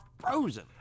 frozen